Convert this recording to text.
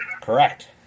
Correct